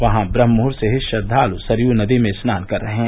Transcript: वहां ब्रम्हमुहूर्त से ही श्रद्वालु सरयू नदी में स्नान कर रहे हैं